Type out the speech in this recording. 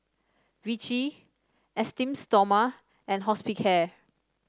Vichy Esteem Stoma and Hospicare